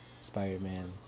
Spider-Man